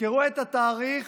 תזכרו את התאריך